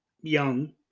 young